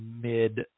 mid